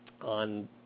on